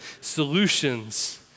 solutions